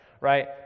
right